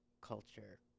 culture